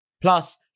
Plus